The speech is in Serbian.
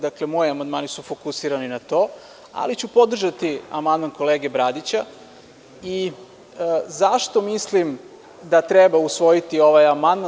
Dakle, moji amandmani su fokusirani na to, ali ću podržati amandman kolege Bradića i zašto mislim da treba usvojiti ovaj amandman?